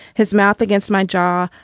his mouth against my jaw,